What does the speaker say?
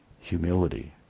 humility